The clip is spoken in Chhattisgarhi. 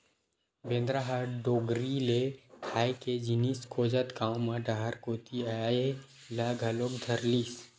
बेंदरा ह डोगरी ले खाए के जिनिस खोजत गाँव म डहर कोती अये ल घलोक धरलिस